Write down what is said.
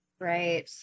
Right